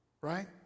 right